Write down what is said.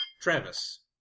Travis